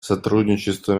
сотрудничество